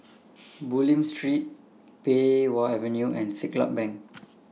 Bulim Street Pei Wah Avenue and Siglap Bank